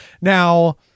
Now